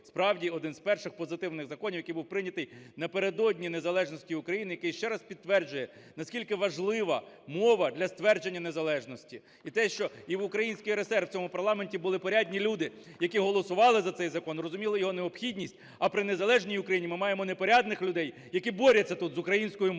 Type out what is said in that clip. справді один з перших позитивних законів, який був прийнятий напередодні незалежності України, який ще раз підтверджує, наскільки важлива мова для ствердження незалежності. І те, що… І в Українській РСР в цьому парламенті були порядні люди, які голосували за цей закон, розуміли його необхідність, а при незалежній Україні ми маємо непорядних людей, які борються тут з українською мовою.